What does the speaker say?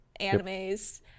animes